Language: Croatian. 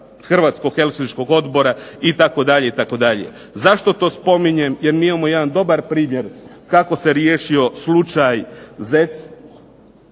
Hrvatskog helsinškog odbora itd. itd. Zašto to spominjem? Jer mi imamo jedan dobar primjer kako se riješio slučaj Zec